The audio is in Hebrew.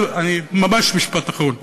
ממש משפט אחרון.